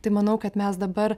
tai manau kad mes dabar